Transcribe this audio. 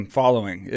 following